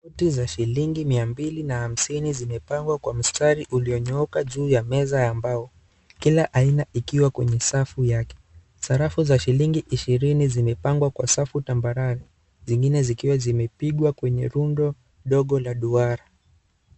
Noti za shilingi mia mbili na hamsini zimepangwa Kwa mstari uliyonyooka juu ya meza ya mbao, kila aina ikiwa kwenye safu yake. Sarafu za shilingi ishirini zimepangwa Kwa safu tambarare zingine zikiwa zimepigwa kwenye rundo ndogo la duara.